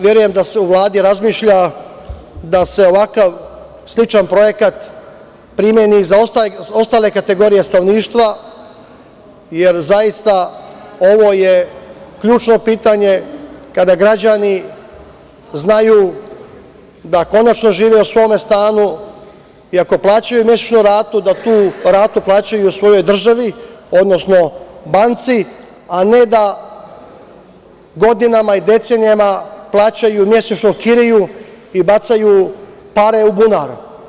Verujem da se u Vladi razmišlja, da se ovakav sličan projekat, primeni za ostale kategorije stanovništva, jer zaista ovo je ključno pitanje kada građani znaju da konačno žive u svom stanu, iako plaćaju mesečnu ratu, da tu ratu plaćaju svojoj državi, odnosno banci, a ne da godinama i decenijama plaćaju mesečno kiriju i bacaju pare u bunar.